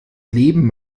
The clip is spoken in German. leben